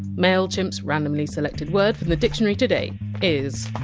mailchimp! s randomly selected word from the dictionary today is!